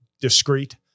discreet